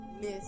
Miss